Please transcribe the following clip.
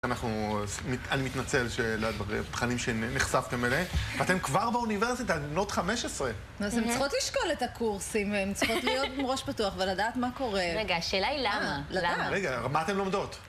אנחנו, אני מתנצל שלדבר, לתכנים שנחשפתם אליהם. אתם כבר באוניברסיטה, בנות חמש עשרה. אז הן צריכות לשקול את הקורסים, הן צריכות להיות עם ראש פתוח ולדעת מה קורה. רגע, השאלה היא למה? לדעת, רגע, מה אתן לומדות?